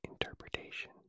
interpretation